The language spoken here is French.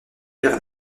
vers